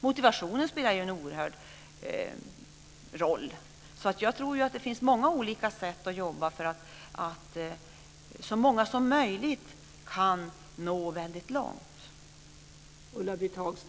Motivationen spelar en oerhörd roll. Jag tror att det finns många olika sätt att jobba för att så många som möjligt ska kunna nå väldigt långt.